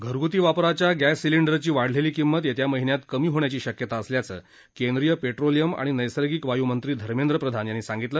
घरग्ती वापराच्या गॅस सिलेंडरची वाढलेली किंमत येत्या महिन्यात कमी होण्याची शक्यता असल्याचं केंद्रीय पेट्रोलियम आणि नैर्सगिक वायू मंत्री धर्मेंद्र प्रधान यांनी सांगितलं